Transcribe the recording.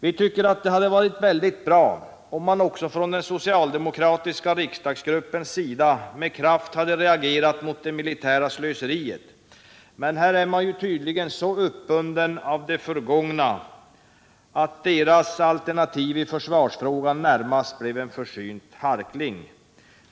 Vi tycker att det hade varit väldigt bra om man också från den socialdemokratiska riksdagsgruppens sida med kraft hade reagerat mot det militära slöseriet, men här är socialdemokraterna tydligen så uppbundna av det förgångna att deras ”alternativ” i försvarsfrågan närmast blev en försynt harkling.